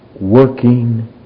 working